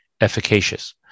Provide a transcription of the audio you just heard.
efficacious